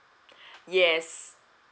yes